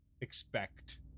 expect